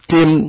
Tim